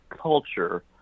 culture